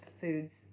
Foods